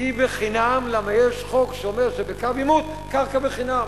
היא בחינם כי יש חוק שאומר שבקו עימות קרקע בחינם.